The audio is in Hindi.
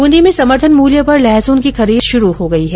ब्रंदी में समर्थन मूल्य पर लहसुन की खरीद शुरू हो गई है